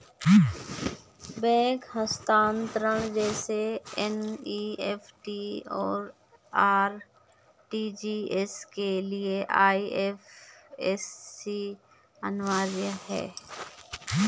bank हस्तांतरण जैसे NEFT, और आर.टी.जी.एस के लिए आई.एफ.एस.सी अनिवार्य है